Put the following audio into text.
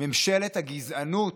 ממשלת הגזענות